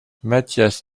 matthias